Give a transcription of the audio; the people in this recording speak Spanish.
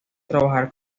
trabajar